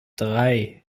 drei